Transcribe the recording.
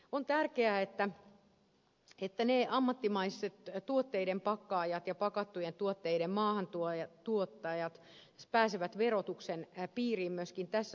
on tärkeää että ammattimaiset tuotteiden pakkaajat ja pakattujen tuotteiden maahantuojat pääsevät verotuksen piiriin myöskin tässä suhteessa